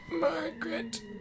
Margaret